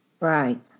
right